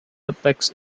apex